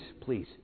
please